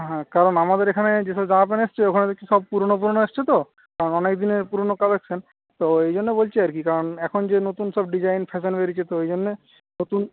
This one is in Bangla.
হ্যাঁ কারণ আমাদের এখানে যেসব জামা প্যান্ট এসেছে ওখানে দেখছি সব পুরনো পুরনো এসেছে তো অনেকদিনের পুরনো কালেকশন তো ওই জন্য বলছি আর কি কারণ এখন যে নতুন সব ডিজাইন ফ্যাশন বেরিয়েছে তো ওই জন্যে নতুন